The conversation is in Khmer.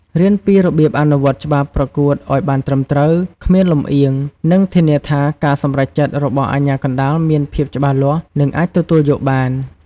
រៀនពីរបៀបអនុវត្តច្បាប់ប្រកួតឲ្យបានត្រឹមត្រូវ គ្មានលំអៀង និងធានាថាការសម្រេចចិត្តរបស់អាជ្ញាកណ្តាលមានភាពច្បាស់លាស់ និងអាចទទួលយកបាន។